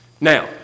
Now